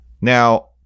now